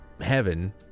heaven